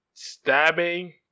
stabbing